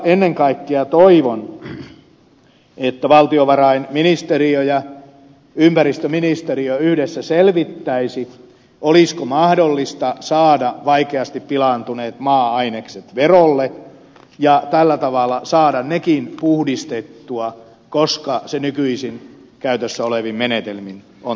ennen kaikkea toivon että valtiovarainministeriö ja ympäristöministeriö yhdessä selvittäisivät olisiko mahdollista saada vaikeasti pilaantuneet maa ainekset verolle ja tällä tavalla saada nekin puhdistettua koska se nykyisin käytössä olevin menetelmin on täysin mahdollista